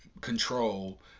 control